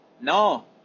no